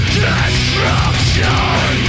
destruction